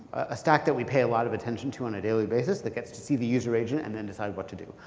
ah stack that we pay a lot of attention to on a daily basis, that gets to see the user agent and then decide what to do.